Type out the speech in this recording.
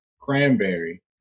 cranberry